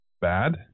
bad